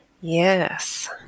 Yes